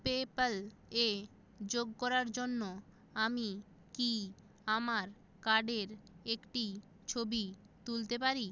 PayPal এ যোগ করার জন্য আমি কি আমার কার্ডের একটি ছবি তুলতে পারি